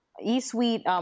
E-Suite